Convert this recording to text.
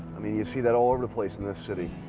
i mean, you see that all over the place in this city.